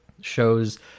shows